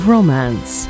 Romance